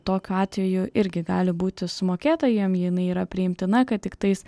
tokiu atveju irgi gali būti sumokėta jam jinai yra priimtina kad tiktais